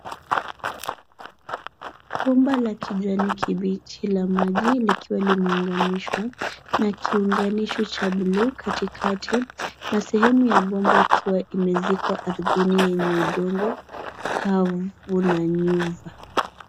Bomba la kijani kibichi la maji likiwa limeunganishwa na kiunganisho cha buluu katikati na sehemu ya bomba ikiwa imezikwa ardhini yenye udongo kavu na